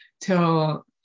till